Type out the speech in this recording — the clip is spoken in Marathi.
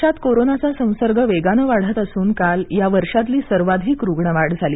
देशात कोरोनाचा संसर्ग वेगानं वाढत असून काल या वर्षातली सर्वाधिक रुग्ण वाढ झाली